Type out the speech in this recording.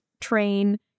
train